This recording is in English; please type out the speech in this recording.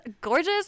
gorgeous